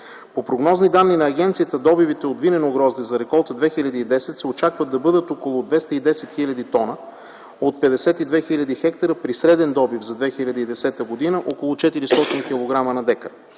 По предходни данни на агенцията добивите от винено грозде за реколта 2010 се очаква да бъдат около 210 000 тона от 52 000 хектара при среден добив за 2010 г. около 400 кг на декар.